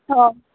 હા